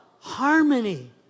harmony